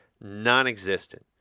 nonexistent